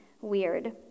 weird